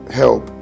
help